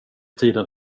tiden